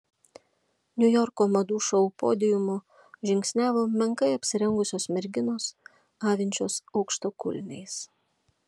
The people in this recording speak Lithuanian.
niujorko madų šou podiumu žingsniavo menkai apsirengusios merginos avinčios aukštakulniais